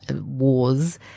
wars